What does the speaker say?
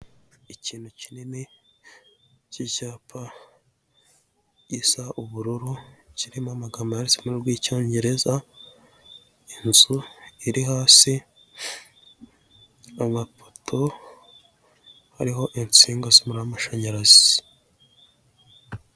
Ikintu kinini cy'icyapa gisa ubururu, kirimo amagambo yanditse mu rurimi rw'icyongereza, inzu iri hasi, amapoto ariho insinga z'umuriro w'amashanyarazi.